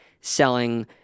selling